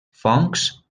fongs